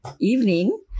evening